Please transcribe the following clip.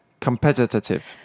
competitive